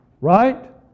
Right